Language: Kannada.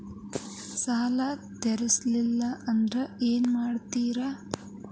ಸಾಲ ತೇರಿಸಲಿಲ್ಲ ಅಂದ್ರೆ ಏನು ಮಾಡ್ತಾರಾ?